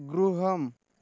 गृहम्